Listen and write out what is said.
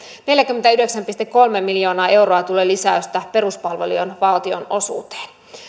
neljäkymmentäyhdeksän pilkku kolme miljoonaa euroa tulee lisäystä peruspalvelujen valtionosuuteen